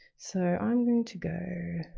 so i'm going to go,